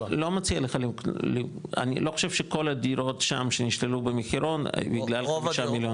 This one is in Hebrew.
אני לא חושב שכל הדירות שם שנשללו במחירון היו בגלל חמישה מיליון שקל.